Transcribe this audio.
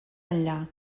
enllà